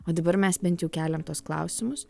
o dabar mes bent jau keliam tuos klausimus